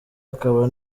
akaba